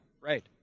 right